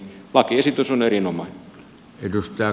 lakiesitys on erinomainen